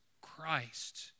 Christ